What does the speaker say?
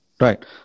right